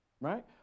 right